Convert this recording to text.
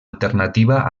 alternativa